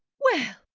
well,